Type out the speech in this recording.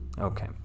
Okay